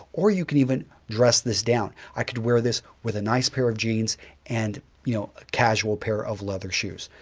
or you can even dress this down. i could wear this with a nice pair of jeans and you know a casual pair of leather shoes.